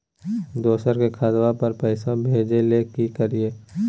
दोसर के खतवा पर पैसवा भेजे ले कि करिए?